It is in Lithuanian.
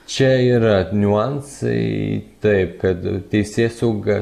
čia yra niuansai taip kad teisėsauga